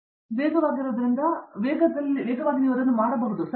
ದೀಪಾ ವೆಂಕಟೇಶ್ ವೇಗವಾಗಿರುವುದರಿಂದ ಆ ವೇಗದಲ್ಲಿ ನೀವು ಅದನ್ನು ಮಾಡಬಹುದು ಸರಿ